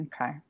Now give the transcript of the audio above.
Okay